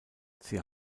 sie